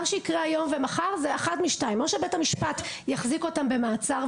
מה שיקרה היום ומחר זה אחת משתיים: או שבית המשפט יחזיק אותם במעצר,